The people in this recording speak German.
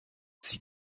sie